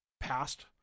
past